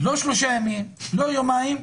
לא שלושה ימים, לא יומיים,